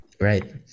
Right